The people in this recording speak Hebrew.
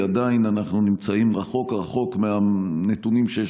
עדיין אנחנו נמצאים רחוק רחוק מהנתונים שיש